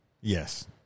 yes